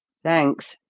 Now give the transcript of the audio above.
thanks.